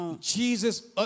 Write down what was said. Jesus